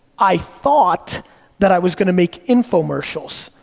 i thought that i was gonna make infomercials.